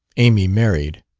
amy married.